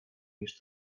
niż